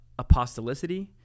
apostolicity